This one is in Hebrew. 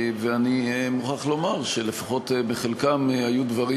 ואני מוכרח לומר שלפחות בחלקם היו דברים,